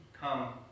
come